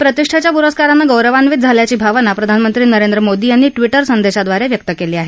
या प्रतिष्ठेच्या पुरस्कारानं गौरवान्वित झाल्याची भावना प्रधानमंत्री मोदी यांनी ट्विटर संदेशाद्वारे व्यक्त केली आहे